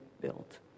built